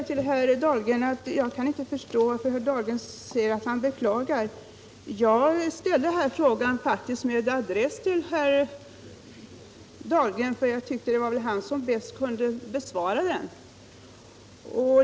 Vidare: Jag kan inte förstå vad herr Dahlgren beklagar. Jag ställde frågan med adress till herr Dahlgren, eftersom jag tyckte att han var den som bäst kunde besvara den.